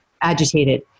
agitated